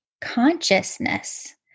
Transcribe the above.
consciousness